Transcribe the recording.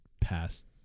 past